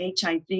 HIV